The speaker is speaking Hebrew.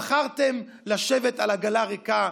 ובחרתם לשבת על עגלה ריקה.